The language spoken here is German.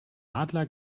adler